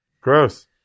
gross